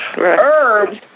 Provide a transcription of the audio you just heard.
Herbs